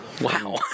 Wow